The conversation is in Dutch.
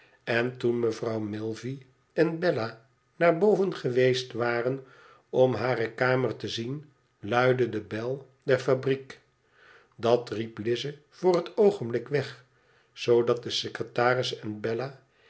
en toen mevrouw milvey en bella naar boven geweest waren om hare kamer te zien luidde de bel der fabriek dat nep lize voor het oogenblik weg zoodat de secretaris en